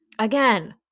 Again